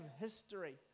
history